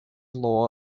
law